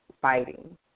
fighting